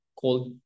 cold